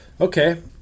okay